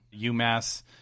UMass